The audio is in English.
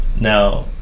now